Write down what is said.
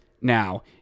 now